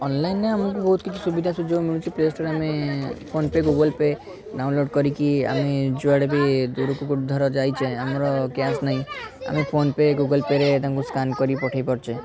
ଅନଲାଇନ୍ରେ ଆମକୁ ବହୁତ କିଛି ସୁବିଧା ସୁଯୋଗ ମିଳୁଛି ପ୍ଲେଷ୍ଟୋର୍ରେ ଆମେ phone pay Google pay download କରିକି ଆମେ ଯୁଆଡ଼େ ବି ଦୂରକୁ ଧର ଯାଇଛେ ଆମର କ୍ୟାସ୍ ନାହିଁ ଆମେ ଫୋନ ପେ ଗୁଗଲ୍ ପେ'ରେ ତାଙ୍କୁ ଆମେ ସ୍କାନ୍ କରି ପଠାଇ ପାରୁଛେ